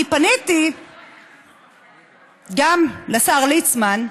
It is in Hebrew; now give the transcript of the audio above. אני פניתי גם לשר ליצמן,